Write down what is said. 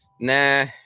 Nah